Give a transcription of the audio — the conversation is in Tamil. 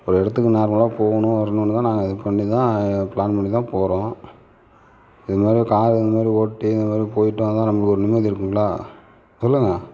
ஒரு இடத்துக்கு நார்மலாக போகணும் வரணும்னு தான் நாங்கள் இது பண்ணி தான் பிளான் பண்ணி தான் போகிறோம் இதை மாதிரி கார் இது மாதிரி ஓட்டி இது மாதிரி போய்ட்டு வந்தால் நம்மளுக்கு ஒரு நிம்மதியிருக்குங்களா சொல்லுங்கள்